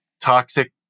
toxic